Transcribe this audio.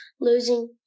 losing